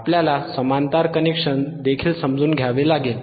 आपल्याला समांतर कनेक्शन देखील समजून घ्यावे लागेल